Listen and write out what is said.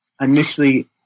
initially